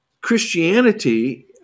Christianity